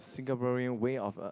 Singaporean way of uh